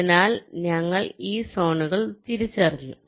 അതിനാൽ ഞങ്ങൾ ഈ സോണുകൾ തിരിച്ചറിഞ്ഞു